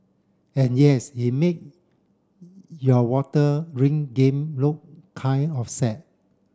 and yes he made your water ring game look kind of sad